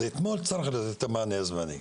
אתמול היה צריך לתת את המענה הזמני,